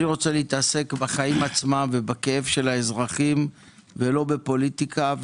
אני רוצה להתעסק בחיים עצמם ובכאב של האזרחים ולא בפוליטיקה.